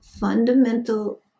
fundamental